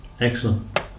Excellent